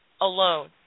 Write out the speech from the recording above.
alone